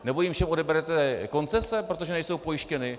Nebo jim všem odeberete koncese, protože nejsou pojištěny?